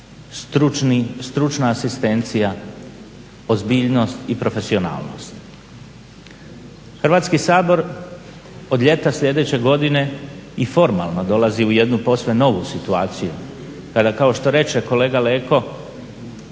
problema stručna asistencija, ozbiljnost i profesionalnost. Hrvatski sabor od ljeta sljedeće godine i formalno dolazi u jednu posve novu situaciju, kao što reče kolega Leko